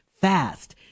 fast